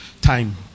time